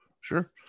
sure